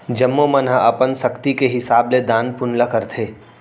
जम्मो मन ह अपन सक्ति के हिसाब ले दान पून ल करथे